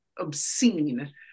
obscene